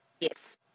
Yes